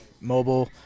mobile